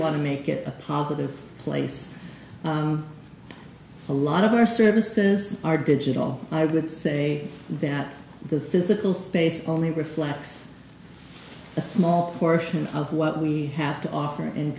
want to make it a positive place a lot of our services are digital i would say that the physical space only reflects a small portion of what we have to offer